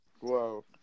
Whoa